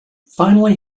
finally